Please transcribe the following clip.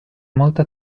molta